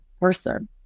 person